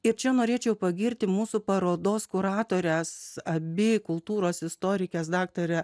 ir čia norėčiau pagirti mūsų parodos kuratores abi kultūros istorikės dr